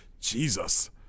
Jesus